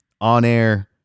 on-air